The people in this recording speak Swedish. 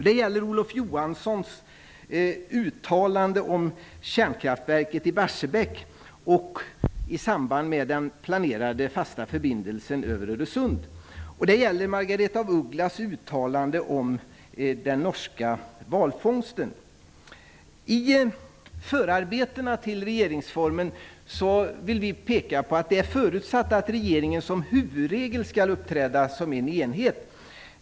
Det gäller Olof Johanssons uttalande om kärnkraftverket i Barsebäck och vad han sagt i samband med den planerade fasta förbindelsen över Öresund. Dessutom gäller det I fråga om förabetena till regeringsformen vill vi peka på att det förutsätts att regeringen som huvudregel skall uppträda som en enhet.